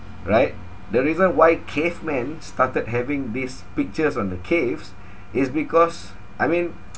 right the reason why cavemen started having these pictures on the caves is because I mean